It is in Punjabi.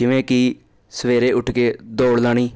ਜਿਵੇਂ ਕਿ ਸਵੇਰੇ ਉੱਠ ਕੇ ਦੌੜ ਲਾਣੀ